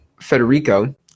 federico